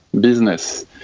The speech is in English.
business